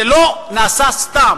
זה לא נעשה סתם.